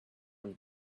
and